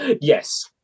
Yes